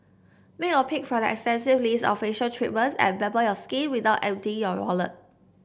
make your pick from their extensive list of facial treatments and pamper your skin without emptying your wallet